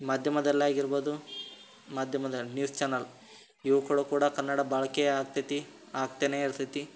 ಮಾಧ್ಯಮದಲ್ಲಾಗಿರ್ಬೋದು ಮಾಧ್ಯಮದ news channel ಇವುಗಳು ಕೂಡ ಕನ್ನಡ ಬಲಕೆ ಆಗ್ತದೆ ಆಗ್ತನೇ ಇರ್ತದೆ